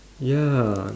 ya